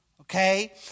Okay